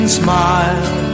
smile